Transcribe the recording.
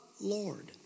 Lord